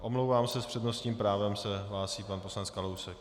Omlouvám se, s přednostním právem se hlásí pan poslanec Kalousek.